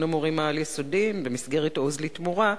המורים העל-יסודיים במסגרת "עוז לתמורה",